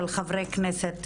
של חברי כנסת,